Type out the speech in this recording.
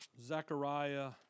Zechariah